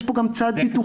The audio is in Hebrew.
יש פה גם צד ביטוחי.